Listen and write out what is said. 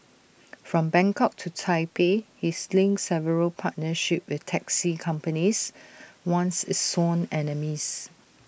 from Bangkok to Taipei he's link several partnerships with taxi companies once its sworn enemies